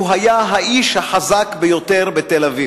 הוא היה האיש החזק ביותר בתל-אביב.